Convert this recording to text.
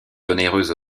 onéreuse